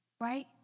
Right